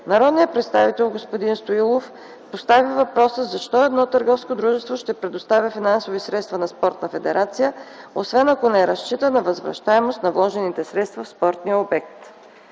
народният представител Янаки Стоилов постави въпроса защо едно търговско дружество ще предоставя финансови средства на спортна федерация, освен ако не разчита на възвръщаемост на вложените средства в спортния обект.